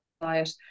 diet